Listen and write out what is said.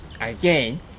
again